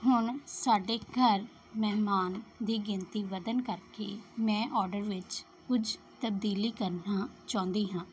ਹੁਣ ਸਾਡੇ ਘਰ ਮਹਿਮਾਨਾਂ ਦੀ ਗਿਣਤੀ ਵਧਣ ਕਰਕੇ ਮੈਂ ਓਡਰ ਵਿੱਚ ਕੁਝ ਤਬਦੀਲੀ ਕਰਨਾ ਚਾਹੁੰਦੀ ਹਾਂ